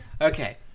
Okay